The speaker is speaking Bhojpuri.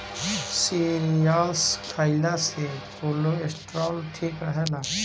सीरियल्स खइला से कोलेस्ट्राल ठीक रहेला